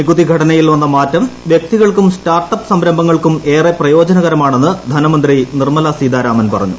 നികുതി ഘടനയിൽ വന്ന മാറ്റ്റ് പ്രൂക്തികൾക്കും സ്റ്റാർട്ട് അപ് സംരംഭങ്ങൾക്കും ഏറെ പ്രിശ്ലോജനകരമാണെന്ന് ധനമന്ത്രി നിർമ്മലാ സീതാരാമൻ പറഞ്ഞു